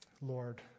Lord